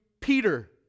Peter